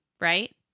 Right